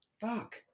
fuck